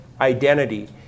identity